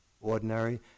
ordinary